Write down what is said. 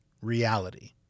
reality